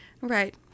Right